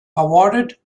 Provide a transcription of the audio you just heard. awarded